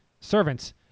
servants